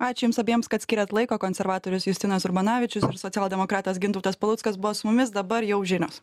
ačiū jums abiems kad skiriat laiko konservatorius justinas urbanavičius ir socialdemokratas gintautas paluckas buvo su mumis dabar jau žinios